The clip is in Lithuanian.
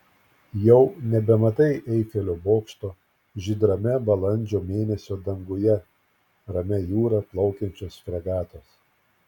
jau nebematai eifelio bokšto žydrame balandžio mėnesio danguje ramia jūra plaukiančios fregatos